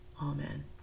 Amen